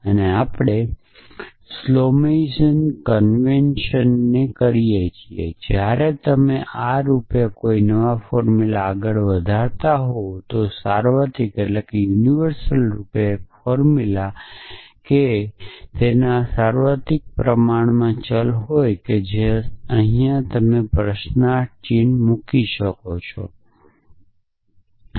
પછી આપણે સ્લોમેઇઝેશન કન્વેશનને કરીએ છીએ જ્યારે તમે આ જેવા કોઈ ફોર્મુલાને આગળ વધારતા હોવ તો સાર્વત્રિક રૂપે એક ફોર્મુલા જેમાં સાર્વત્રિક પ્રમાણમાં ચલ હોય તે અહીં પ્રશ્નાર્થ ચિહ્ન સાથે મૂકવામાં આવે છે